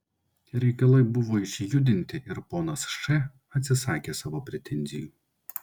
reikalai buvo išjudinti ir ponas š atsisakė savo pretenzijų